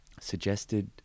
suggested